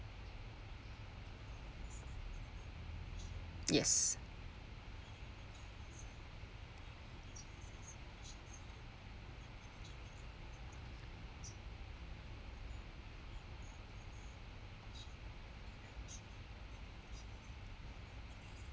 yes